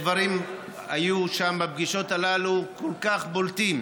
הדברים היו שם בפגישות הללו כל כך בולטים,